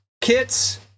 kits